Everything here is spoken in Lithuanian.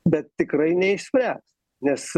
bet tikrai neišspręs nes